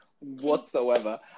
whatsoever